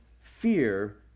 fear